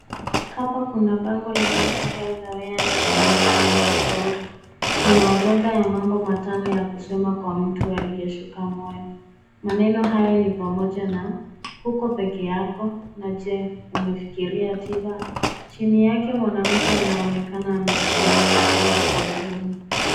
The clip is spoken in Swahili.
Hapa kuna bango la Mental Health Awareness Month lenye ushauri. Kuna orodha ya mambo matano yakusema kwa mtu aliyeshuka moyo. Maneno hayo ni pamoja na huko peke yako na je umefikiria tiba? Chini yake mwanamke anaonekana ameshika kichwa chake kwa uzuni.